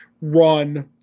run